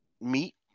meat